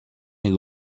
est